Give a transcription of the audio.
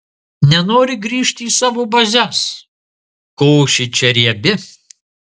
nenori grįžt į savo bazes košė čia riebi